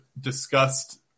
discussed